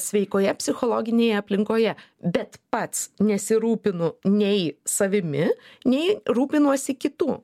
sveikoje psichologinėje aplinkoje bet pats nesirūpinu nei savimi nei rūpinuosi kitu